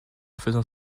faisant